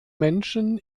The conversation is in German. menschen